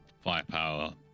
firepower